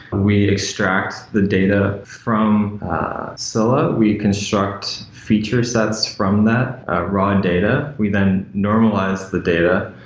we extract the data from scylla. we construct features that's from that raw data. we then normalize the data.